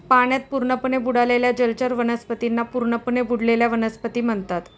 पाण्यात पूर्णपणे बुडालेल्या जलचर वनस्पतींना पूर्णपणे बुडलेल्या वनस्पती म्हणतात